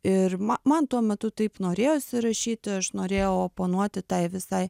ir ma man tuo metu taip norėjosi rašyti aš norėjau oponuoti tai visai